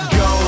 go